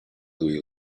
louie